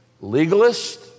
Legalist